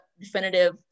definitive